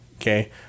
okay